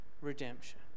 redemption